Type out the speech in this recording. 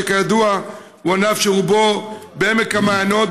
שכידוע הוא ענף שרובו בעמק המעיינות,